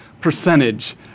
percentage